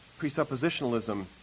presuppositionalism